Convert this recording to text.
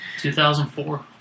2004